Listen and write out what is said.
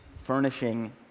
furnishing